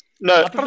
No